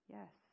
Yes